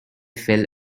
fell